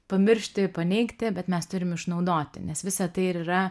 pamiršti paneigti bet mes turim išnaudoti nes visa tai ir yra